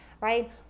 right